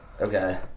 Okay